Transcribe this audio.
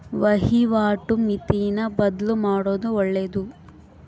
ವಹಿವಾಟು ಮಿತಿನ ಬದ್ಲುಮಾಡೊದು ಒಳ್ಳೆದು